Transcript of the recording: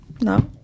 No